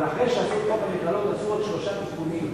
אבל אחרי שעשו את חוק המכללות עשו עוד שלושה תיקונים: